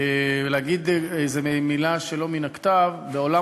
להגיד איזו מילה שלא מן הכתב: בעולם